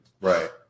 Right